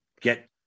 get